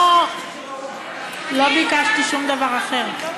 לא ביקשתי שום דבר אחר.